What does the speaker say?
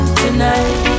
tonight